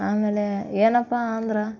ಆಮೇಲೆ ಏನಪ್ಪ ಅಂದ್ರೆ